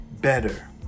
better